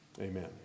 Amen